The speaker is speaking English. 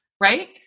right